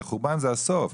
החורבן זה הסוף,